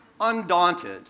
undaunted